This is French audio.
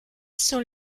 sont